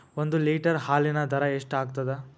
ಒಂದ್ ಲೀಟರ್ ಹಾಲಿನ ದರ ಎಷ್ಟ್ ಆಗತದ?